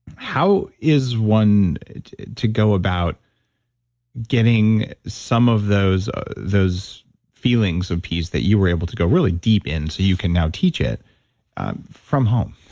how is one to go about getting some of those those feelings of peace that you were able to go really deep in so you can now teach it from home?